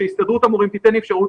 שהסתדרות המורים תיתן לי אפשרות,